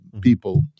People